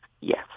yes